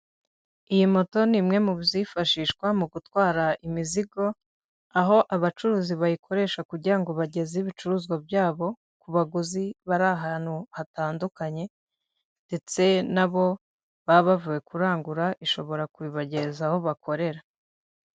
Iyi moto ni imwe muzifashishwa mu gutwara imizigo, aho abacuruzi bayikoresha kugira ngo bageze ibicuruzwa byabo ku baguzi bari ahantu hatandukanye, ndetse nabo baba bavuye kurangura ishobora kubageza aho bakorera.